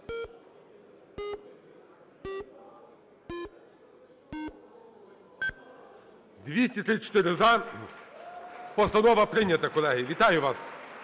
За-234 Постанова прийнята, колеги. Вітаю вас!